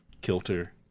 kilter